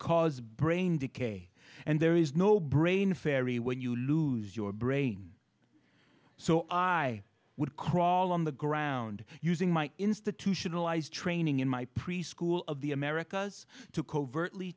cause brain decay and there is no brain fairy when you lose your brain so i would crawl on the ground using my institutionalized training in my preschool of the americas to covertly